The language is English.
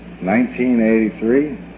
1983